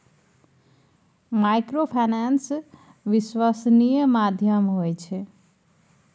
Microfinance विश्वासनीय माध्यम होय छै?